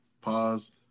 Pause